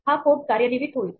हा कोड कार्यान्वित होईल